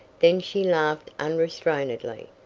then she laughed unrestrainedly,